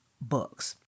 books